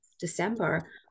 December